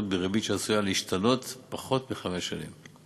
בריבית שעשויה להשתנות פחות מחמש שנים.